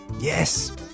Yes